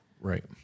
Right